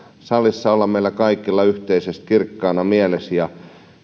salissa olla meillä kaikilla yhteisesti kirkkaana mielessä ja